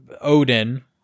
Odin